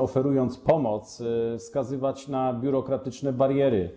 oferując pomoc, jednocześnie skazywać przedsiębiorców na biurokratyczne bariery.